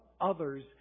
others